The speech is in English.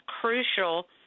crucial